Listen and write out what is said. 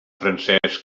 francesc